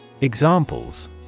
Examples